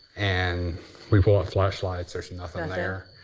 and we pull out flashlights. there's and nothing and there.